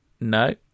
No